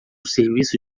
serviço